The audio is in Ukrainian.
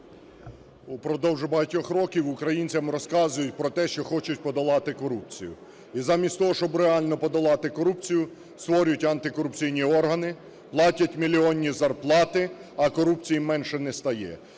Упродовж багатьох років українцям розказують про те, що хочуть подолати корупцію, і замість того, щоб реально подолати корупцію, створюють антикорупційні органи, платять мільйонні зарплати, а корупції менше не стає.